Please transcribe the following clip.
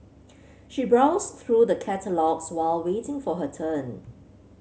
she browsed through the catalogues while waiting for her turn